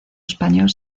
español